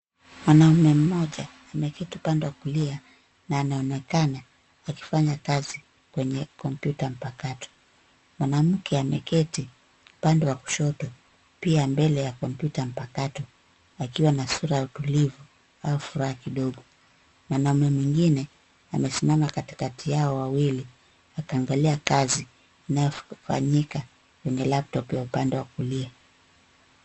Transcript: Mwanaume mmoja ameketi upande wa kulia na anaonekana akifanya kazi kwenye kompyuta mpakato. Mwanamke ameketi pande wa kushoto pia mbele ya kompyuta mpakato akiwa na sura ya utulivu au furaha kidogo. Mwanaume mwingine amesimama katikati wawili akiangalia kazi inayofanyika kwenye laptop ya upande wa kulia.